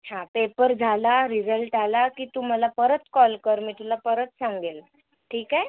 हां पेपर झाला रिझल्ट आला की तू मला परत कॉल कर मी तुला परत सांगेल ठीक आहे